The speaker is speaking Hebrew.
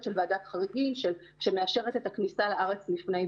של ועדת חריגים שמאפשרת את הכניסה לארץ לפני,